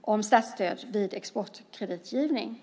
om statsstöd vid exportkreditgivning.